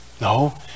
No